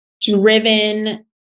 driven